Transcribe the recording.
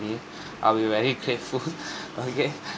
I'll be very careful okay